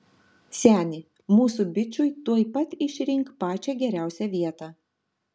seni mūsų bičui tuoj pat išrink pačią geriausią vietą